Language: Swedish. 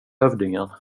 hövdingen